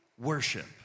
Worship